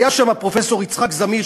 היה שם פרופסור יצחק זמיר,